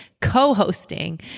co-hosting